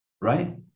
right